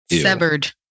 severed